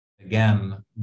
Again